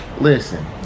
Listen